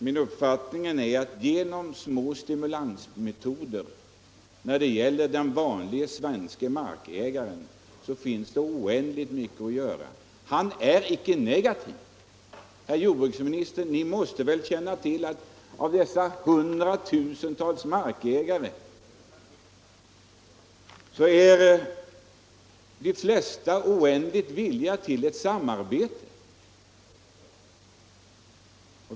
Min uppfattning är att med små stimulansmetoder när det gäller den vanlige svenske markägaren kan man åstadkomma oändligt mycket. Han är inte negativ. Herr jordbruksminister, ni måste väl känna till att av hundratusentals markägare är de flesta villiga att samarbeta.